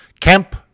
Kemp